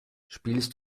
spielst